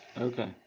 Okay